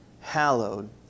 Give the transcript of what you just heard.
hallowed